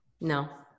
No